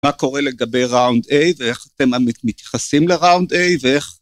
מה קורה לגבי round A ואיך אתם מתייחסים ל-round A ואיך.